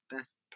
Best